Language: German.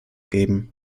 geben